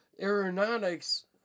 aeronautics